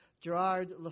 Gerard